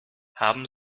haben